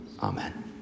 Amen